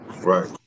Right